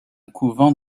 couvent